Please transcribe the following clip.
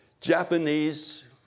Japanese